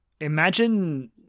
Imagine